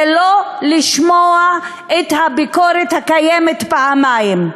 זה לא לשמוע את הביקורת הקיימת פעמיים.